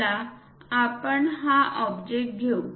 चला आपण हा ऑब्जेक्ट घेऊ